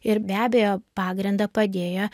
ir be abejo pagrindą padėjo